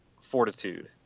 fortitude